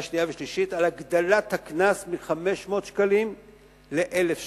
שנייה ושלישית על הגדלת הקנס מ-500 שקלים ל-1,000 שקלים.